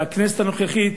והכנסת הנוכחית,